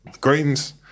Greens